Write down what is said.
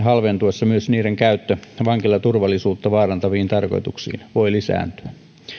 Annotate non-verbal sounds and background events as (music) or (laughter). (unintelligible) halventuessa myös niiden käyttö vankilaturvallisuutta vaarantaviin tarkoituksiin voi lisääntyä